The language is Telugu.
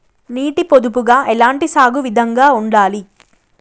నీటి పొదుపుగా ఎలాంటి సాగు విధంగా ఉండాలి?